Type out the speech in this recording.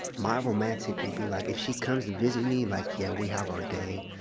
my romantic would be like if she comes to visit me like, yeah, we have our day,